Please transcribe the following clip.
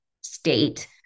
state